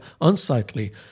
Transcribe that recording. unsightly